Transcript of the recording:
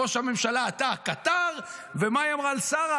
ראש הממשלה, אתה הקטר, ומה היא אמרה על שרה?